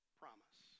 promise